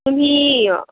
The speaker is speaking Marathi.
तुम्ही